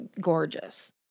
gorgeous